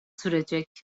sürecek